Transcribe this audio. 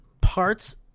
parts